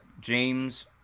James